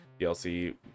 dlc